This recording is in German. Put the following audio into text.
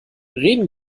reden